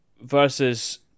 versus